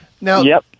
Now